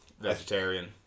vegetarian